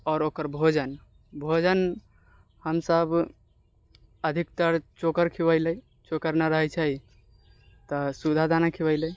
आओर ओकर भोजन भोजन हमसब अधिकतर चोकर खुएलहुँ चोकर नहि रहै छै तऽ सुधा दाना खुएलहुँ